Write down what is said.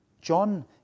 John